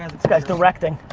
guy's directing.